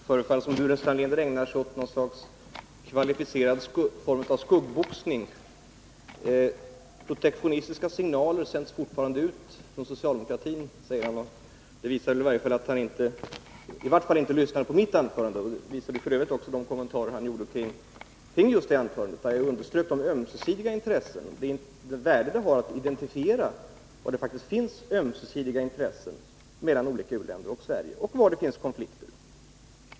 Fru talman! Det förefaller som om Staffan Burenstam Linder ägnar sig åt en kvalificerad form av skuggboxning. Protektionistiska signaler sänds fortfarande ut från socialdemokratin, säger han. Det visar att han i varje fall inte lyssnade på mitt anförande. Det visade f. ö. också de kommentarer han gjorde om mitt anförande, där jag underströk de ömsesidiga intressena och värdet av att identifiera var det faktiskt finns ömsesidiga intressen mellan olika u-länder och Sverige och var det finns konflikter.